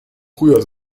früher